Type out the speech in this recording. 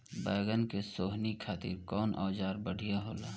बैगन के सोहनी खातिर कौन औजार बढ़िया होला?